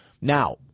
Now